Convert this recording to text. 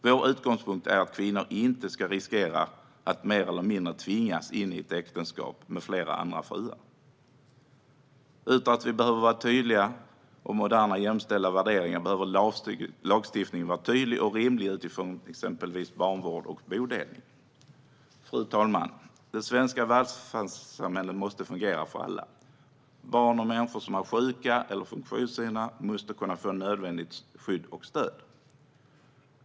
Vår utgångspunkt är att kvinnor inte ska riskera att mer eller mindre tvingas in i ett äktenskap med flera andra fruar. Utöver att vi behöver vara tydliga med våra moderna och jämställda värderingar behöver lagstiftningen vara tydlig och rimlig utifrån exempelvis vårdnad av barn och bodelning. Fru talman! Det svenska välfärdssamhället måste fungera för alla. Barn och människor som är sjuka eller funktionshindrade måste få nödvändigt skydd och stöd.